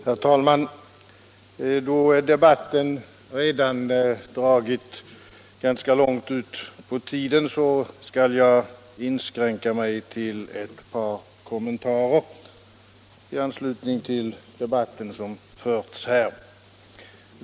Herr talman! Då debatten redan dragit ganska långt ut på tiden skall jag inskränka mig till bara ett par kommentarer i anslutning till den diskussion som förts här.